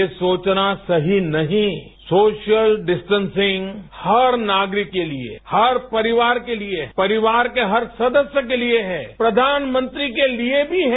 ये सोचना सही नहींए सोशल डिस्टेंसिंग हर नागरिक के लिएए हर परिवार के लिएए परिवार के हर सदस्य के लिए हैए प्रधानमंत्री के लिए भी है